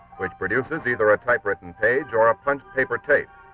which produces either a type written page or a punched paper tape,